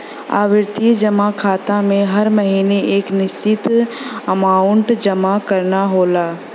आवर्ती जमा खाता में हर महीने एक निश्चित अमांउट जमा करना होला